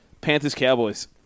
Panthers-Cowboys